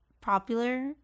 popular